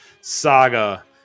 saga